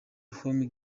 home